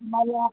मला